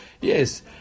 Yes